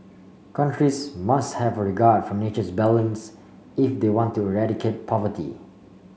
countries must have a regard for nature's balance if they want to eradicate poverty